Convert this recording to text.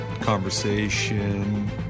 conversation